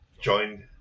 Joined